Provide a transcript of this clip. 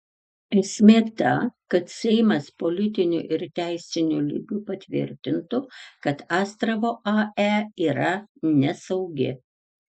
esmė ta kad seimas politiniu ir teisiniu lygiu patvirtintų kad astravo ae yra nesaugi